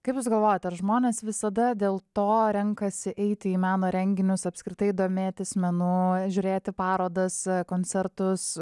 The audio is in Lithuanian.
kaip jūs galvojat ar žmonės visada dėl to renkasi eiti į meno renginius apskritai domėtis menu žiūrėti parodas koncertus